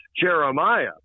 Jeremiah